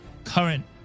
current